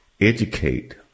educate